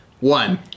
one